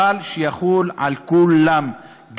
אבל שיחול על כולם,